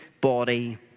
body